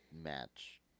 match